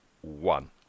one